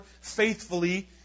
faithfully